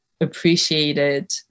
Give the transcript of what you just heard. appreciated